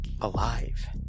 alive